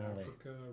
Africa